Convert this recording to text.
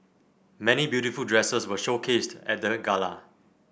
many beautiful dresses were showcased at the gala